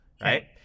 right